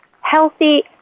healthy